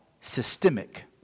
systemic